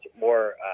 more